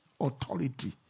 authority